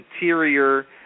interior